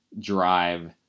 drive